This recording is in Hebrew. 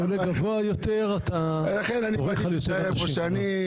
איפה שאני,